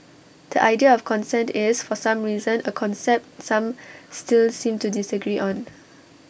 the idea of consent is for some reason A concept some still seem to disagree on